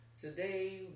today